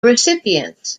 recipients